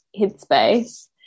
headspace